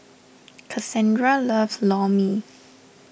Kassandra loves Lor Mee